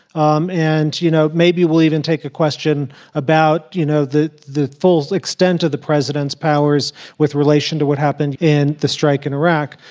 um and, you know, maybe we'll even take a question about, you know, the the full extent of the president's powers with relation to what happened yesterday in the strike in iraq.